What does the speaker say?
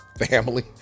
family